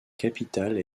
capitale